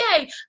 Yay